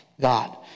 God